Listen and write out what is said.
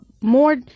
more